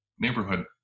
neighborhood